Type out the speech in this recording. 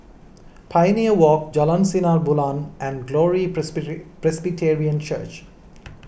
Pioneer Walk Jalan Sinar Bulan and Glory Presbyterian Church